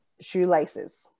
shoelaces